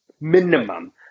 Minimum